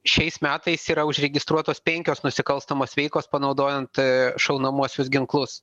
šiais metais yra užregistruotos penkios nusikalstamos veikos panaudojant šaunamuosius ginklus